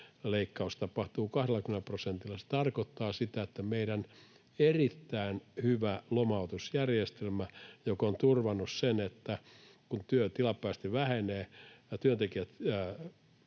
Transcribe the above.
leikkaus 20 prosentilla. Se tarkoittaa sitä, että meidän erittäin hyvästä lomautusjärjestelmästä — joka on turvannut sen, että kun työ tilapäisesti vähenee ja työntekijät